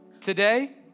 Today